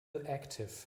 active